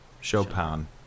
Chopin